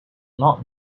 not